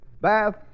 bath